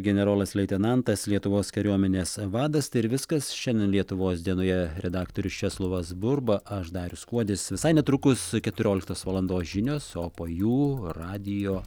generolas leitenantas lietuvos kariuomenės vadas tai ir viskas šiandien lietuvos dienoje redaktorius česlovas burba aš darius kuodis visai netrukus keturioliktos valandos žinios o po jų radijo